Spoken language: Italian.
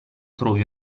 trovi